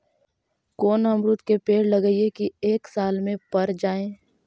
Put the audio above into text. कोन अमरुद के पेड़ लगइयै कि एक साल में पर जाएं?